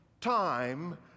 time